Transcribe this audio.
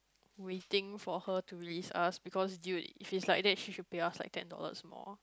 we think for her to release us because dude if is like that she should pay us like ten dollars more